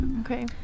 okay